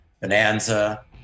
Bonanza